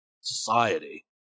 society